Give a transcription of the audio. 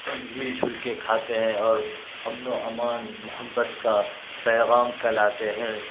مل جل کے کھاتے ہیں اور امن و امان محبت كا پیغام پھیلاتے ہیں